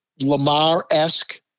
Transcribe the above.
Lamar-esque